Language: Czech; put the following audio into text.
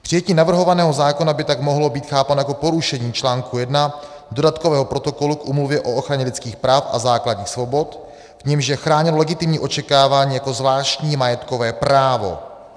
Přijetí navrhovaného zákona by tak mohlo být chápáno jako porušení čl. 1 dodatkového protokolu k Úmluvě o ochraně lidských práv a základních svobod, v němž je chráněno legitimní očekávání jako zvláštní majetkové právo.